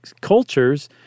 cultures